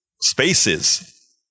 spaces